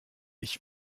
ich